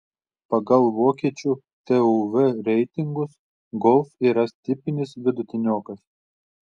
pagal vokiečių tuv reitingus golf yra tipinis vidutiniokas